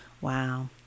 Wow